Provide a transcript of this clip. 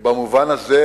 במובן הזה